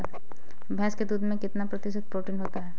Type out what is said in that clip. भैंस के दूध में कितना प्रतिशत प्रोटीन होता है?